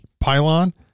pylon